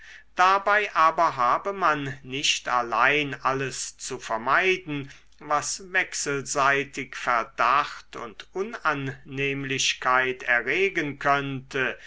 dabei aber habe man nicht allein alles zu vermeiden was wechselseitig verdacht und unannehmlichkeit erregen könnte